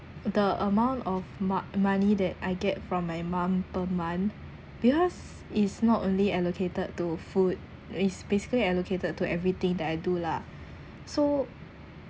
the amount of money that I get from my mum per month because is not only allocated to food is basically allocated to everything that I do lah so